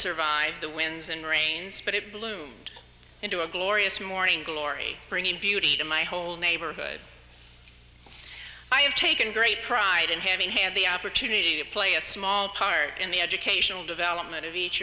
survive the winds and rains but it bloomed into a glorious morning glory bringing beauty to my whole neighborhood i have taken great pride in having had the opportunity to play a small part in the educational development of each